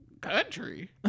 country